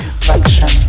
Reflection